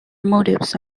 motives